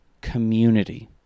community